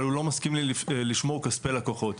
אבל הוא לא מסכים לי לשמור כספי לקוחות.